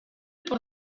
por